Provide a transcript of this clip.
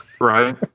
Right